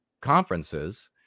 conferences